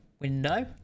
window